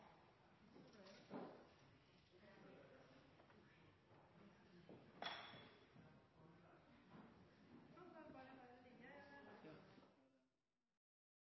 i EØS-avtalen. En